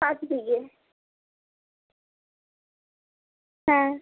পাঁচ বিঘে হ্যাঁ